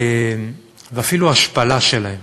ואפילו השפלה שלהם.